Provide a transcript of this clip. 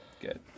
Good